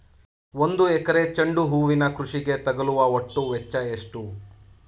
ಒಂದು ಎಕರೆ ಚೆಂಡು ಹೂವಿನ ಕೃಷಿಗೆ ತಗಲುವ ಒಟ್ಟು ವೆಚ್ಚ ಎಷ್ಟು?